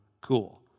cool